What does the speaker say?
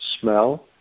smell